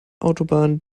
autobahnen